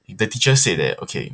and the teacher said that okay